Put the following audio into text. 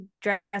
dress